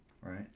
Right